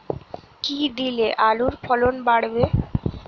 কী দিলে আলুর ফলন বাড়বে?